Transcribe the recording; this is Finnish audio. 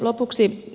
lopuksi